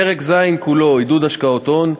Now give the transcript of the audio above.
פרק ז' כולו (עידוד השקעות הון),